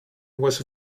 was